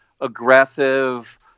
aggressive